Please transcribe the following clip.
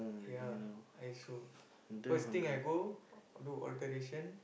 yeah I also first thing I go do alteration